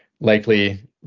likely